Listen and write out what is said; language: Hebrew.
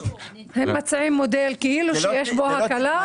הם מציעים מודל בו כאילו יש הקלה,